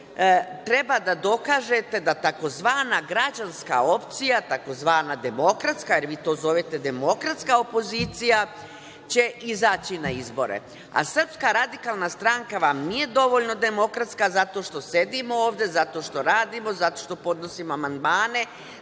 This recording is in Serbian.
treba da dokažete da tzv. građanska opcija tzv. demokratska, jer vi to zovete demokratska opozicija će izaći na izbore, a Srpska radikalna stranka vam nije dovoljno demokratska zato što sedimo ovde, zato što radimo, zato što podnosimo amandmane,